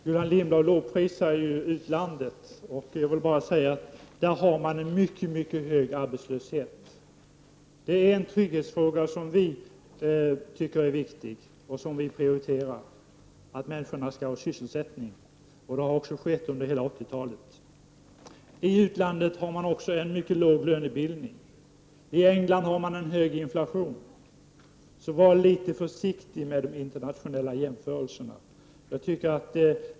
Herr talman! Gullan Lindblad lovprisar utlandet. Jag vill bara säga att där har man en mycket hög arbetslöshet. Det är en trygghetsfråga som vi tycker är viktig och som vi prioriterar att människorna skall ha sysselsättning. Detta har också skett under hela 1980-talet. I utlandet har man också en mycket låg lönebildning. I England har man en hög inflation. Så var litet försiktig med de internationella jämförelserna!